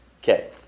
Okay